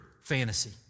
fantasy